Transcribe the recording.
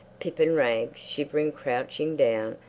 pip and rags, shivering, crouching down,